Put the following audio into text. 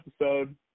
episode